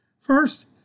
First